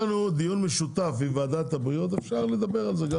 יהיה לנו דיון משותף עם ועדת הבריאות ואפשר יהיה לדבר על זה.